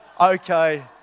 okay